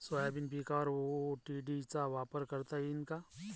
Soybean पिकावर ODT चा वापर करता येईन का?